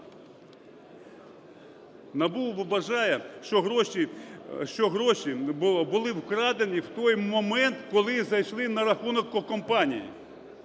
НАБУ вважає, що гроші були вкрадені в той момент, коли зайшли на рахунок компанії.